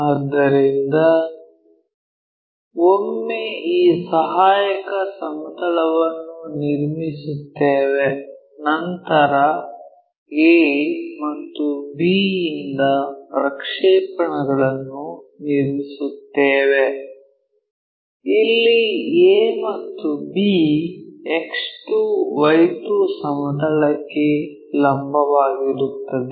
ಆದ್ದರಿಂದ ಒಮ್ಮೆ ಈ ಸಹಾಯಕ ಸಮತಲವನ್ನು ನಿರ್ಮಿಸುತ್ತೇವೆ ನಂತರ a ಮತ್ತು b ಯಿಂದ ಪ್ರಕ್ಷೇಪಣಗಳನ್ನು ನಿರ್ಮಿಸುತ್ತೇವೆ ಇಲ್ಲಿ a ಮತ್ತು b X2 Y2 ಸಮತಲಕ್ಕೆ ಲಂಬವಾಗಿರುತ್ತದೆ